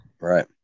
Right